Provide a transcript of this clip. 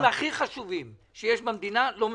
הכי חשובים שיש במדינה לא מבוצעים.